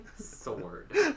sword